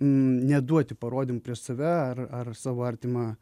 neduoti parodymų prieš save ar ar savo artimą